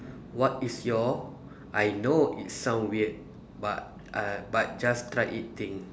what is your I know it sound weird but uh but just try it thing